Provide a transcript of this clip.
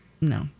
No